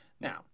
Now